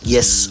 Yes